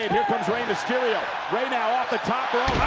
comes rey mysterio. rey now off the top rope.